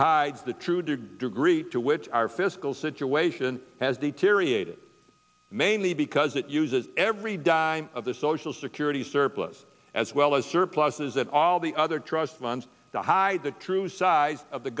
hides the true degree to which our fiscal situation has deteriorated mainly because it uses every dime of the social security surplus as well as surpluses that all the other trust funds to hide the true size of the